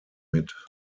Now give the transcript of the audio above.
mit